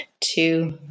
two